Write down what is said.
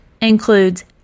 includes